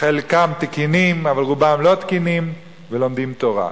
חלקם תקינים אבל רובם לא תקינים, ולומדים תורה.